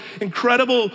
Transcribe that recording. incredible